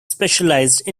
specialized